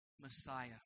Messiah